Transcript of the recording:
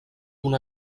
una